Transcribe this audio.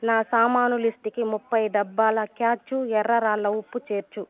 నా సామాను లిస్టుకి ముప్పై డబ్బాల క్యాచ్ ఎర్ర రాళ్ళ ఉప్పు చేర్చు